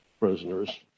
Prisoners